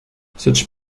such